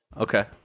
Okay